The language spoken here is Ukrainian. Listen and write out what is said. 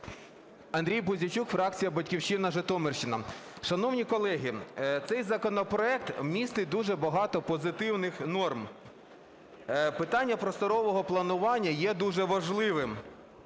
Андрій Пузійчук, фракція "Батьківщина", Житомирщина. Шановні колеги, цей законопроект містить дуже багато позитивних норм. Питання просторового планування є дуже важливим,